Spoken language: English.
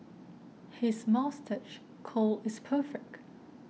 his moustache curl is perfect